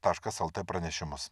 taškas lt pranešimus